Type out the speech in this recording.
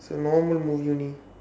so